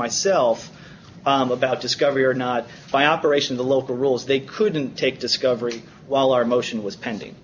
myself about discovery or not by operation the local rules they couldn't take discovery while our motion was pending